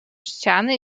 ściany